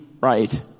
right